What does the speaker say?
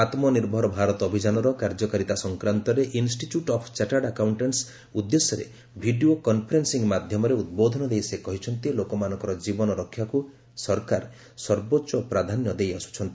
ଆତ୍ମନିର୍ଭର ଭାରତ ଅଭିଯାନର କାର୍ଯ୍ୟକାରିତା ସଂକ୍ରାନ୍ତରେ ଇନ୍ଷ୍ଟିଚ୍ୟୁଟ୍ ଅଫ୍ ଚାର୍ଟାର୍ଡ ଆକାଉଣ୍ଟାଣ୍ଟ୍ସ ଉଦ୍ଦେଶ୍ୟରେ ଭିଡ଼ିଓ କନ୍ଫରେନ୍ସିଂ ମାଧ୍ୟମରେ ଉଦ୍ବୋଧନ ଦେଇ ସେ କହିଛନ୍ତି ଲୋକମାନଙ୍କର ଜୀବନ ରକ୍ଷାକୁ ସରକାର ସର୍ବୋଚ୍ଚ ପ୍ରାଧାନ୍ୟ ଦେଇଆସୁଛନ୍ତି